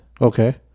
Okay